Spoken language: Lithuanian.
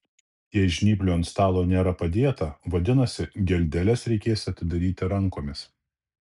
jei žnyplių ant stalo nėra padėta vadinasi geldeles reikės atidaryti rankomis